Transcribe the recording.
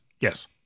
Yes